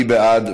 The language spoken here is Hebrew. מי בעד?